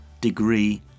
degree